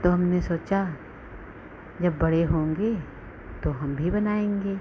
तो हमने सोचा जब बड़े होंगे तो हम भी बनाएँगे